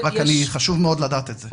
רק חשוב מאוד לדעת את זה.